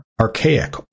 archaic